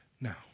Now